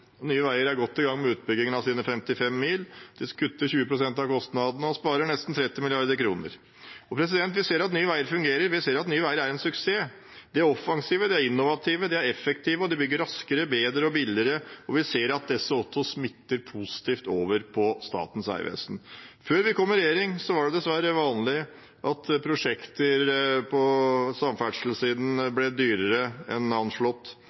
nye, gode resultater. Nye Veier er godt i gang med utbyggingen av sine 55 mil. De kutter 20 pst. av kostnadene og sparer nesten 30 mrd. kr. Vi ser at Nye Veier fungerer, vi ser at Nye Veier er en suksess. De er offensive, de er innovative, de er effektive, og de bygger raskere, bedre og billigere, og vi ser at dette også smitter positivt over på Statens vegvesen. Før vi kom i regjering, var det dessverre vanlig at prosjekter på samferdselssiden ble dyrere enn